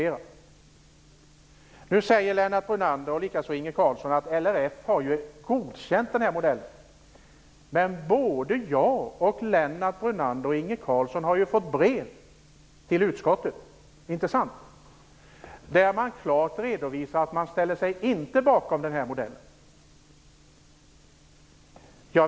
Lennart Brunander säger att LRF har godkänt den här modellen. Detsamma säger Inge Carlsson. Men jag, Lennart Brunander och Inge Carlsson har ju fått brev till utskottet - inte sant? - där man klart redovisar att man inte ställer sig bakom den här modellen.